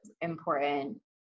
important